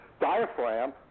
diaphragm